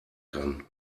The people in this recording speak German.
kann